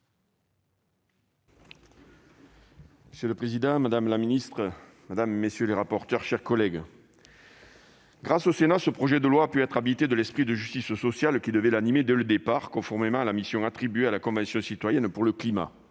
Monsieur le président, madame la ministre, mes chers collègues, grâce au Sénat, ce projet de loi a pu être habité de l'esprit de justice sociale qui devait l'animer dès le départ, conformément à la mission attribuée à la Convention citoyenne pour le climat.